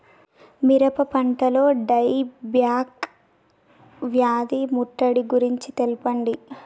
మిరప పంటలో die back వ్యాధి ముట్టడి గురించి తెల్పండి?